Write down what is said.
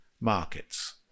markets